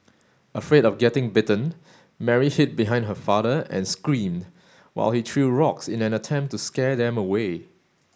afraid of getting bitten Mary hid behind her father and screamed while he threw rocks in an attempt to scare them away